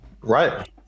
Right